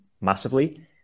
massively